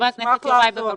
ח"כ יוראי, בבקשה.